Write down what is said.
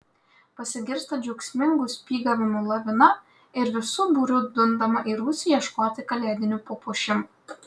pasigirsta džiaugsmingų spygavimų lavina ir visu būriu dundama į rūsį ieškoti kalėdinių papuošimų